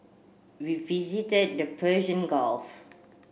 we visited the Persian Gulf